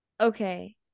Okay